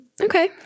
Okay